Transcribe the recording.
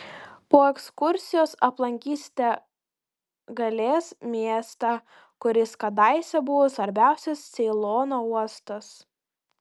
po ekskursijos aplankysite galės miestą kuris kadaise buvo svarbiausias ceilono uostas